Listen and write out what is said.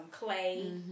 Clay